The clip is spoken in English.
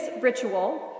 ritual